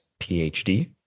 PhD